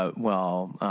ah well,